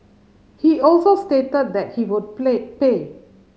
he also stated that he would play pay